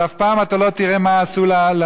אבל אף פעם לא תראה מה עשו למפגינים.